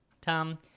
Tom